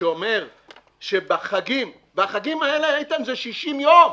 שאומר שבחגים והחגים האלה, איתן, זה 60 יום,